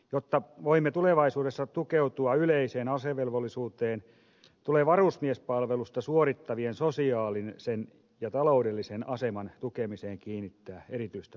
jotta voimme tulevaisuudessa tukeutua yleiseen asevelvollisuuteen tulee varusmiespalvelusta suorittavien sosiaalisen ja taloudellisen aseman tukemiseen kiinnittää erityistä huomi ota